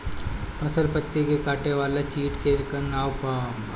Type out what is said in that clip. फसल पतियो के काटे वाले चिटि के का नाव बा?